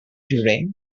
llorer